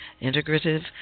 Integrative